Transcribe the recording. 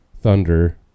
thunder